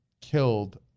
killed